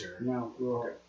No